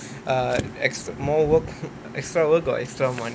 err ex~ more work extra work or extra money